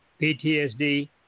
PTSD